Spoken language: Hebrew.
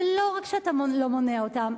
ולא רק שאתה לא מונע אותן,